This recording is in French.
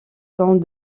sont